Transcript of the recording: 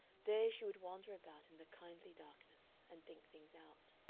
there she would wander about in the kindly darkness. and think things out.